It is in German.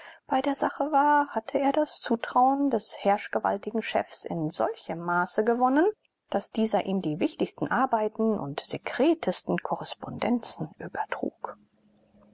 bei der sache war hatte er das zutrauen des herrschgewaltigen chefs in solchem maße gewonnen daß dieser ihm die wichtigsten arbeiten und sekretesten korrespondenzen übertrug